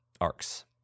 arcs